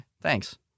thanks